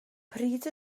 pryd